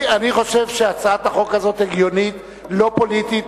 אני חושב שהצעת החוק הזאת הגיונית ולא פוליטית.